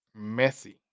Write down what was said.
Messi